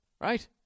right